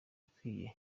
ikwiye